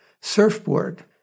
surfboard